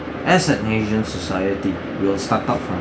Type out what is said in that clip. as an asian society we'll start up from